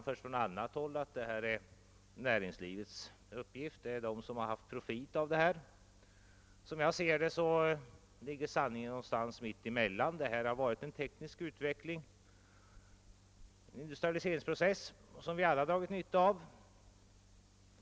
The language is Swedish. Från annat håll sägs att det är näringslivets uppgift — det är näringslivet som haft profit av detta. Som jag ser det ligger sanningen någonstans mitt emellan. Det har varit en teknisk utveckling, en industrialiseringsprocess, som vi alla dragit nytta av.